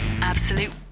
Absolute